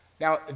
Now